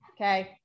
Okay